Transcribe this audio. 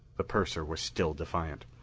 the purser was still defiant.